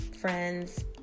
friends